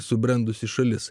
subrendusi šalis